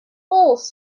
fools